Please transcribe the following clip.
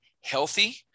healthy